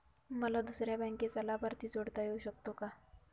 मला दुसऱ्या बँकेचा लाभार्थी जोडता येऊ शकतो का?